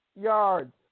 yards